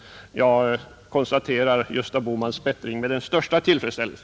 Jag konstaterar Gösta Bohmans bättring med den största tillfredsställelse.